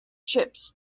chips